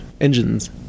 Engines